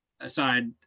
aside